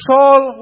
Saul